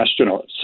astronauts